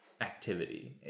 activity